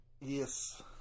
Yes